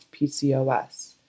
PCOS